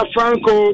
Franco